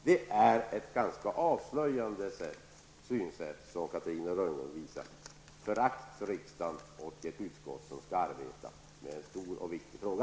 Det är ett ganska avslöjande synsätt, som visar förakt för riksdagen och det utskott som skall arbeta med en stor och viktig fråga.